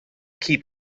keep